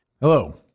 Hello